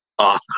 Awesome